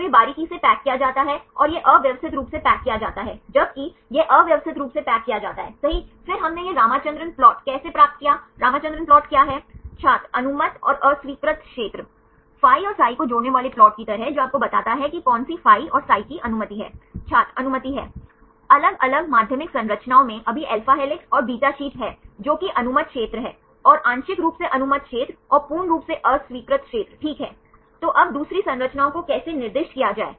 तो यह A 2 X plus B 2 Y plus C 2 Z plus D 2 के बराबर 0 अब है आप इन 2 समीकरणों का उपयोग करके डायहेड्रल कोण की गणना कर सकते हैं इस कॉस अल्फा के बराबर A 1 A 2 plus B 1 B 2 plus B 2 इनमें से एक वर्गमूल को विभाजित का उपयोग करके